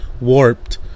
warped